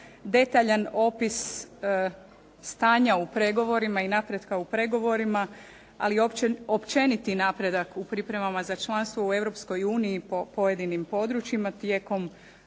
detaljan opis stanja u pregovorima i napretka u pregovorima, ali i općeniti napredak u pripremama za članstvo u Europskoj uniji po pojedinim područjima tijekom